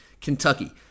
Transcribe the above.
Kentucky